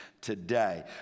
today